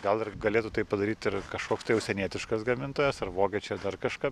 gal ir galėtų tai padaryt ir kažkoks tai užsienietiškas gamintojas ar vokiečiai ar dar kažką